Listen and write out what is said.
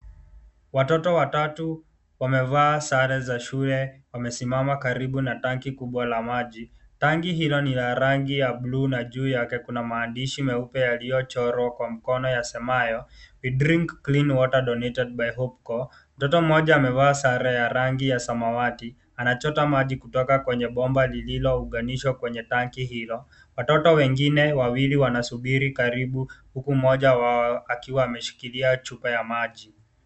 Watoto watatu wamevaa sare za shule. Wamesimama karibu na tanki kubwa la maji. Tanki hilo ni la rangi ya buluu na juu yake kuna maandishi meupe yaliyochorwa kwa mkono yasemayo we drink clean water donated by hope core . Mtoto mmoja amevaa sare ya rangi ya samawati. Anachota maji kutoka kwenye bomba lililounganishwa kwenye tanki hilo. Watoto wengine wawili wanasubiri karibu huku mmoja akiwa ameshikilia chupa ya maji.